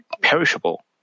perishable